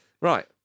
Right